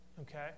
okay